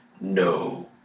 no